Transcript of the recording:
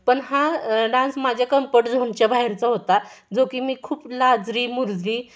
पण हा डान्स माझ्या कम्फर्ट झोनच्या बाहेरचा होता जो की मी खूप लाजरी मुर्जगी